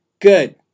Good